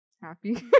happy